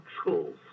schools